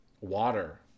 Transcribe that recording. water